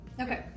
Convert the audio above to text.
Okay